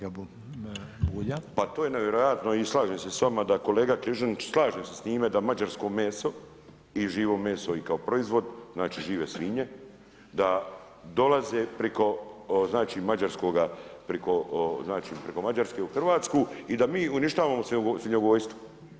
Pa to je nevjerojatno i slažem se s vama da kolega Križanić, slažem se s njime da mađarsko meso i živo meso i kao proizvod, znači, žive svinje da dolaze priko znači, mađarskoga, znači preko Mađarske u RH i da mi uništavamo svinjogojstvo.